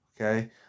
okay